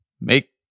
make